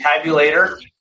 tabulator